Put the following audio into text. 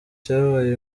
cyabaye